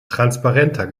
transparenter